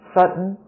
Sutton